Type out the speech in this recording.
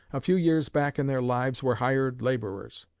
a few years back in their lives, were hired laborers.